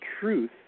truth